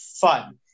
fun